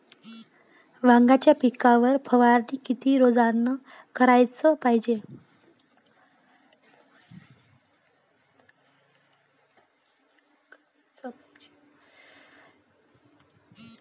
वांग्याच्या पिकावर फवारनी किती रोजानं कराच पायजे?